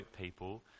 people